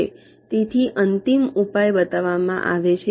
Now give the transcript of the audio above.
તેથી અંતિમ ઉપાય બતાવવામાં આવે છે